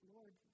Lord